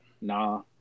Nah